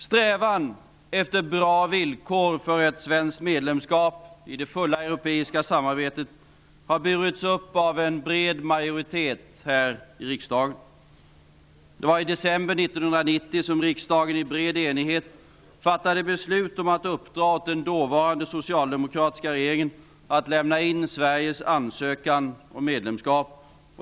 Strävan efter bra villkor för ett svenskt medlemskap i det fulla europeiska samarbetet har burits upp av en bred majoritet här i riksdagen. Det var i december 1990 som riksdagen i bred enighet fattade beslut om att uppdra åt den dåvarande socialdemokratiska regeringen att lämna in Sveriges ansökan om medlemskap.